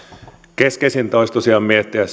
keskeisintä olisi tosiaan miettiä